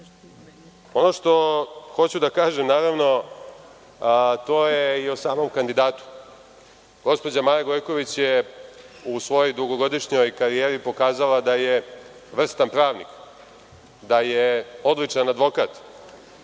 što hoću da kažem to je i o samom kandidatu. Gospođa Maja Gojković je u svojoj dugogodišnjoj karijeri pokazala da je vrstan pravnik, da je odličan advokat,